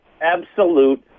absolute